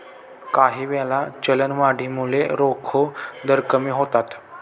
काहीवेळा, चलनवाढीमुळे रोखे दर कमी होतात